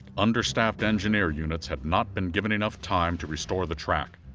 understaffed engineer units had not been given enough time to restore the track,